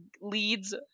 leads